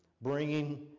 bringing